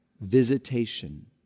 visitation